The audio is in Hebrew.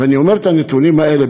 ואני אומר את הנתונים האלה,